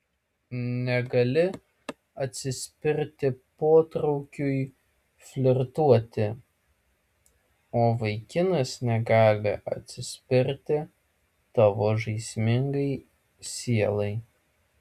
negali atsispirti potraukiui flirtuoti o vaikinas negali atsispirti tavo žaismingai sielai